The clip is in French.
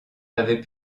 avait